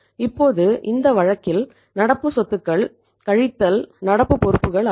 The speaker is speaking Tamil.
இப்போது இந்த வழக்கில் நடப்பு சொத்துக்கள் கழித்தல் நடப்பு பொறுப்புகள் ஆகும்